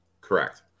Correct